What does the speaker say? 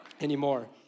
anymore